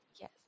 Yes